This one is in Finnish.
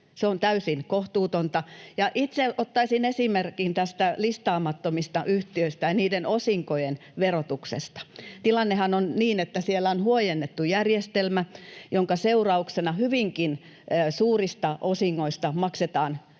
Se on täysin kohtuutonta. Itse ottaisin esimerkin listaamattomista yhtiöistä ja niiden osinkojen verotuksesta. Tilannehan on niin, että siellä on huojennettu järjestelmä, jonka seurauksena hyvinkin suurista osingoista maksetaan